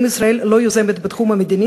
אם ישראל לא יוזמת בתחום המדיני,